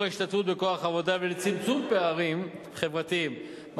ההשתתפות בכוח העבודה ולצמצום פערים חברתיים,